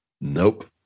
Nope